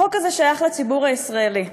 החוק הזה שייך לציבור הישראלי.